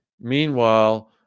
Meanwhile